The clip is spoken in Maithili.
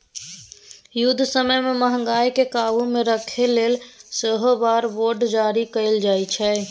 युद्ध समय मे महगीकेँ काबु मे राखय लेल सेहो वॉर बॉड जारी कएल जाइ छै